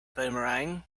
boomerang